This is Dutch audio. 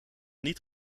niet